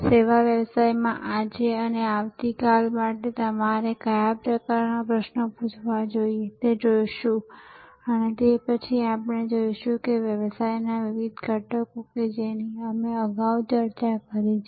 સેવા વ્યવસાયોમાં આજે અને આવતી કાલ માટે તમારે કયા પ્રકારના પ્રશ્નો પૂછવા જોઈએ તે જોઈશું અને પછી આપણે જોઈશું કે વ્યવસાયના વિવિધ ઘટકો કે જેની અમે અગાઉ ચર્ચા કરી છે